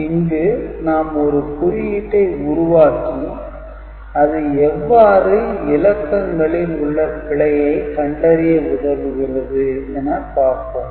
இங்கு நாம் ஒரு குறியீட்டை உருவாக்கி அது எவ்வாறு இலக்கங்களில் உள்ள பிழையை கண்டறிய உதவுகிறது என பார்ப்போம்